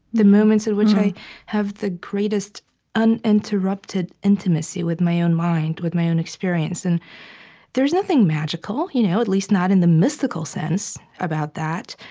the moments in which i have the greatest uninterrupted intimacy with my own mind, with my own experience. and there's nothing magical, you know at least not in the mystical sense, about that.